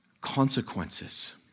consequences